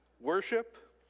worship